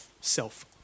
self